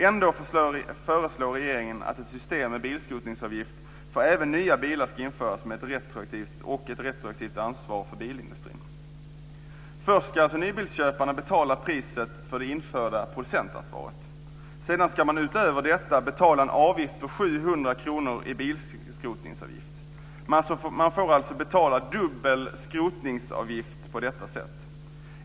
Ändå föreslår regeringen att ett system med bilskrotningsavgift även för nya bilar ska införas med ett retroaktivt ansvar för bilindustrin. Först ska nybilsköparna alltså betala priset för det införda producentansvaret. Sedan ska man utöver detta betala en avgift på 700 kr i bilskrotningsavgift. Man får alltså betala dubbel skrotningsavgift på detta sätt.